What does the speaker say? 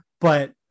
but-